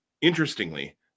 interestingly